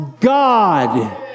God